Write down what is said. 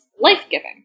life-giving